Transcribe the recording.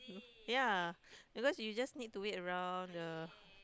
ya because you just need to wait around the